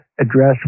address